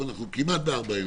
עכשיו אנחנו כמעט בארבע עיניים.